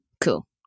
cool